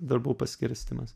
darbų paskirstymas